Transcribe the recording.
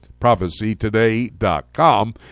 prophecytoday.com